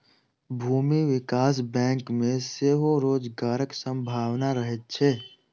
भूमि विकास बैंक मे सेहो रोजगारक संभावना रहैत छै